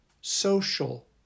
social